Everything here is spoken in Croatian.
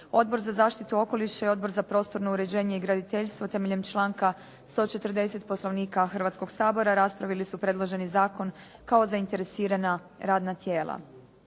Odbor za zaštitu okoliša i Odbor za prostorno uređenje i graditeljstvo temeljem članka 140. Poslovnika Hrvatskog sabora raspravili su predloženi zakon kao zainteresirana radna tijela.